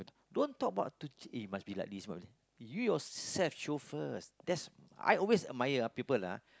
don't talk about to change eh must be like this you yourself show first that's I always admire ah people ah